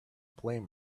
blame